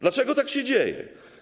Dlaczego tak się dzieje?